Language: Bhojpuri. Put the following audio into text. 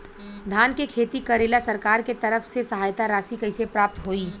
धान के खेती करेला सरकार के तरफ से सहायता राशि कइसे प्राप्त होइ?